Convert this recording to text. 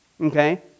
Okay